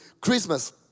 Christmas